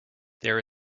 there